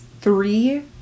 three